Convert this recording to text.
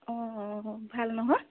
অঁ ভাল নহয়